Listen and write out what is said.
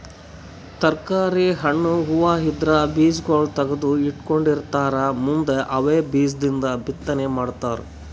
ತರ್ಕಾರಿ, ಹಣ್ಣ್, ಹೂವಾ ಇದ್ರ್ ಬೀಜಾಗೋಳ್ ತಗದು ಇಟ್ಕೊಂಡಿರತಾರ್ ಮುಂದ್ ಅವೇ ಬೀಜದಿಂದ್ ಬಿತ್ತನೆ ಮಾಡ್ತರ್